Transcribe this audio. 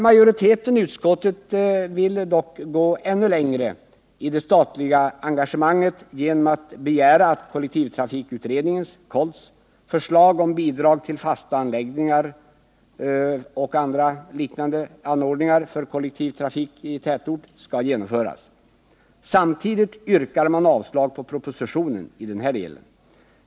Majoriteten i utskottet vill dock gå ännu längre i det statliga engagemanget genom att begära att förslaget från kollektivtrafikutredningen — KOLT - om bidrag till fasta anläggningar och andra anordningar för kollektiv trafik i tätort skall genomföras. Samtidigt yrkar man avslag på propositionen i denna del.